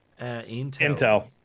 Intel